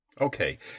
Okay